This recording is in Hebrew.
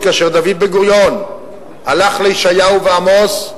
כאשר דוד בן-גוריון הלך לישעיהו ועמוס,